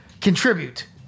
contribute